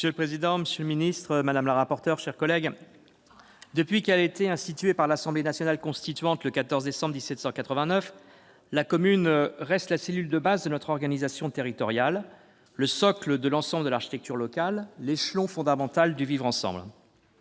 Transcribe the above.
Monsieur le président, monsieur le ministre, madame la rapporteur, chers collègues, depuis son institution par l'Assemblée nationale constituante, le 14 décembre 1789, la commune reste la cellule de base de notre organisation territoriale, le socle de l'ensemble de l'architecture locale, l'échelon fondamental du « vivre ensemble